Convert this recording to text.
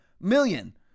million